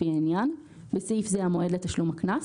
לפי העניין (בסעיף זה המועד לתשלום הקנס)